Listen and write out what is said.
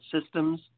systems